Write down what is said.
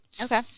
Okay